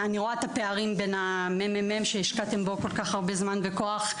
אני רואה את הפערים בין ה-ממ"מ שהשקעתם בו כל-כך הרבה זמן וכוח.